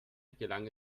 gelang